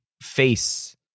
face